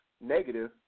negative